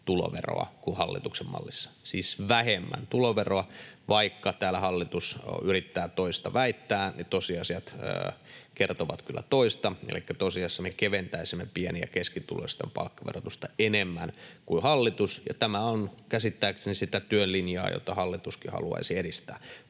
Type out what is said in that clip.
tuloveroa kuin hallituksen mallissa — siis vähemmän tuloveroa. Vaikka täällä hallitus yrittää toista väittää, niin tosiasiat kertovat kyllä toista. Elikkä tosiasiassa me keventäisimme pieni- ja keskituloisten palkkaverotusta enemmän kuin hallitus. Ja tämä on käsittääkseni sitä työn linjaa, jota hallituskin haluaisi edistää.